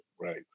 right